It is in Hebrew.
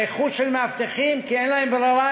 איכות של מאבטחים כי אין להן ברירה,